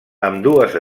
ambdues